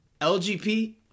LGP